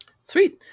Sweet